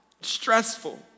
Stressful